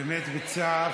באמת בצער.